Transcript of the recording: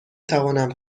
توانم